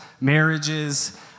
marriages